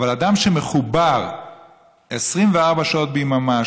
אבל אדם שמחובר 24 שעות ביממה,